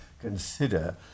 consider